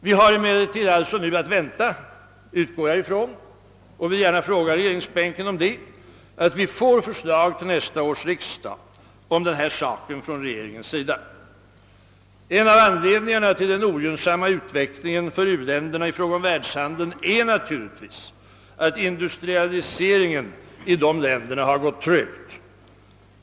Vi har emellertid alltså nu att vänta — det utgår jag från och vill gärna fråga regeringsbänken om det — att vi får förslag till nästa års riksdag om detta från regeringen. En av anledningarna till den ogynnsamma utvecklingen för u-länderna i fråga om världshandeln är naturligtvis att industrialiseringen i de länderna har gått trögt.